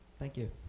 thank you.